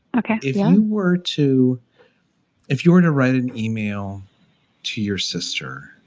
okay? if you were to if you were to write an email to your sister.